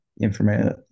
information